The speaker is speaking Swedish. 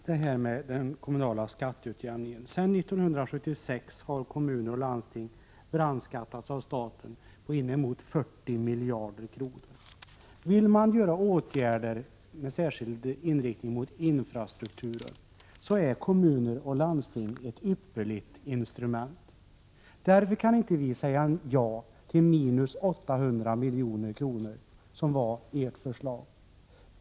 Herr talman! Den kommunala skatteutjämningen än en gång. Sedan 1976 har kommuner och landsting brandskattats av staten på inemot 40 miljarder kronor. Vill man vidta åtgärder med särskild inriktning mot infrastrukturen, är kommuner och landsting ett ypperligt instrument. Därför kan inte vi säga ja till minus 800 miljoner, som var ert förslag.